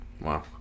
Wow